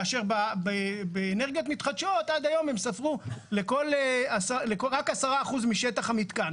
כאשר באנרגיות מתחדשות עד היום הם ספרו רק 10% משטח המתקן.